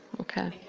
Okay